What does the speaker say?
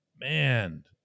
man